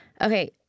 Okay